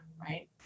right